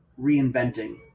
reinventing